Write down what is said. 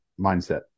mindset